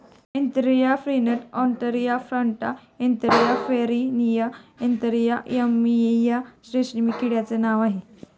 Antheraea frithi Antheraea compta Antheraea pernyi Antheraea yamamai रेशीम किड्याचे नाव आहे